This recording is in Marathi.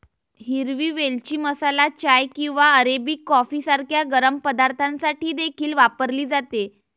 हिरवी वेलची मसाला चाय किंवा अरेबिक कॉफी सारख्या गरम पदार्थांसाठी देखील वापरली जाते